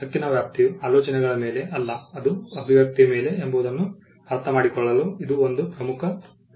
ಆದ್ದರಿಂದ ಹಕ್ಕಿನ ವ್ಯಾಪ್ತಿಯು ಆಲೋಚನೆಗಳ ಮೇಲೆ ಅಲ್ಲ ಅದು ಅಭಿವ್ಯಕ್ತಿಯ ಮೇಲೆ ಎಂಬುದನ್ನು ಅರ್ಥಮಾಡಿಕೊಳ್ಳಲು ಇದು ಒಂದು ಪ್ರಮುಖ ವ್ಯತ್ಯಾಸವಾಗಿದೆ